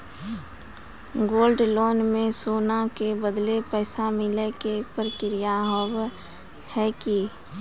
Gold loan मे सोना के बदले पैसा मिले के प्रक्रिया हाव है की?